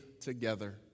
together